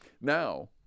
Now